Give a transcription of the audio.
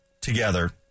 together